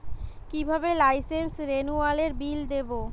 কিভাবে লাইসেন্স রেনুয়ালের বিল দেবো?